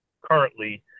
currently